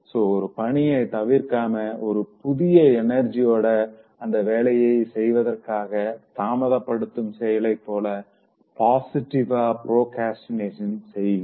so ஒரு பணிய தவிர்க்காம ஒரு புதிய எனர்ஜிஓட அந்த வேலைய செய்வதற்காக தாமதப்படுத்தும் செயலைப் போல பாசிட்டிவா ப்ரோக்ரஸ்டினேட் செய்ங்க